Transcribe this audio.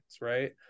right